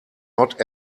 not